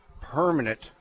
permanent